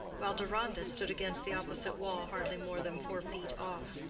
while deronda stood against the opposite wall hardly more than four feet off.